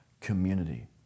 community